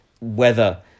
weather